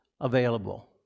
available